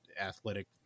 athletic